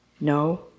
No